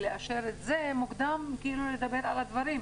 אז מוקדם לדבר על הדברים.